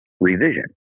revision